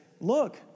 look